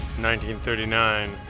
1939